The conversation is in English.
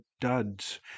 duds